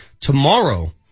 Tomorrow